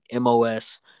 MOS